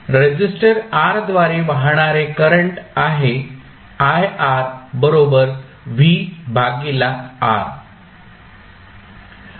resistor R द्वारे वाहणारे current आहे